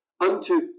unto